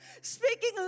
Speaking